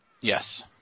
Yes